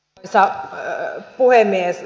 arvoisa puhemies